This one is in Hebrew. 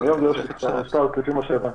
כפי שהבנתי.